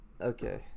okay